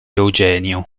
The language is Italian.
eugenio